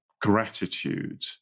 gratitude